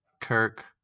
Kirk